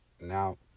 Now